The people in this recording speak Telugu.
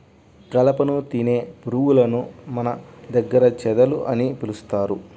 కలపను తినే పురుగులను మన దగ్గర చెదలు అని పిలుస్తారు